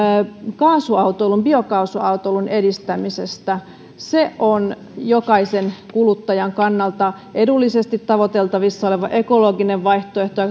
biokaasuautoilun biokaasuautoilun edistämisestä se on jokaisen kuluttajan kannalta edullisesti tavoiteltavissa oleva ekologinen vaihtoehto